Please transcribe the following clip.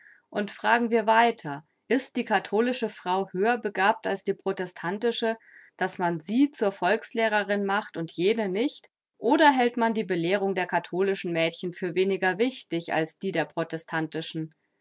und fragen wir weiter ist die katholische frau höher begabt als die protestantische daß man sie zur volkslehrerin macht und jene nicht oder hält man die belehrung der katholischen mädchen für weniger wichtig als die der protestantischen